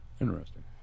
Interesting